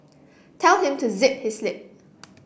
tell him to zip his lip